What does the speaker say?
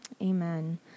Amen